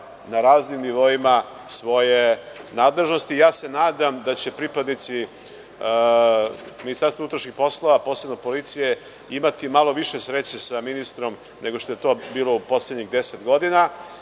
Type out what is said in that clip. na raznim nivoima svoje nadležnosti. Nadam se da će pripadnici Ministarstva unutrašnjih poslova, a posebno policije, imati malo više sreće sa ministrom nego što je to bilo u poslednjih deset godina.